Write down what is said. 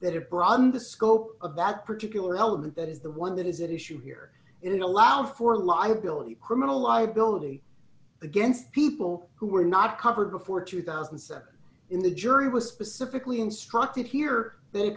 that are broaden the scope of that particular element that is the one that is it issue here in allow for liability criminal liability against people who were not covered before two thousand and seven in the jury was specifically instructed here they